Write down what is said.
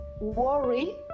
worry